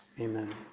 amen